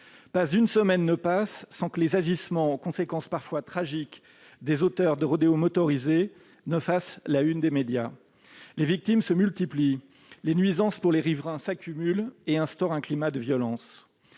pas une semaine ne passe sans que les agissements, aux conséquences parfois tragiques, des auteurs de rodéos motorisés fassent la une des médias. Les victimes se multiplient. Les nuisances, pour les riverains, s'accumulent et instaurent un climat de violence.